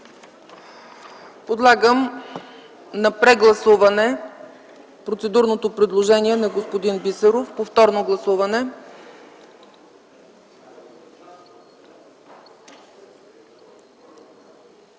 Подлагам на прегласуване процедурното предложение на господин Бисеров. Това е повторно гласуване.